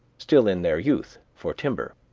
still in their youth, for timber.